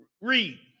Read